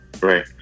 Right